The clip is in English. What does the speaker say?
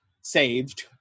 saved